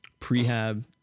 prehab